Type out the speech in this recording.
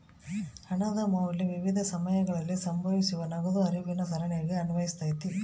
ಹಣದ ಮೌಲ್ಯ ವಿವಿಧ ಸಮಯಗಳಲ್ಲಿ ಸಂಭವಿಸುವ ನಗದು ಹರಿವಿನ ಸರಣಿಗೆ ಅನ್ವಯಿಸ್ತತೆ